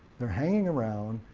they're hanging around,